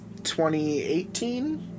2018